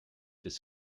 des